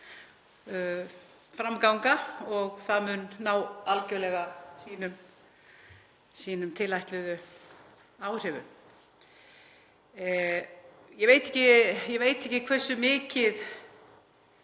framgang og mun ná algerlega sínum tilætluðu áhrifum. Ég veit ekki hversu mikið